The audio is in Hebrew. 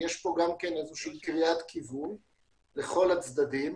יש גם קריאת כיוון לכל הצדדים.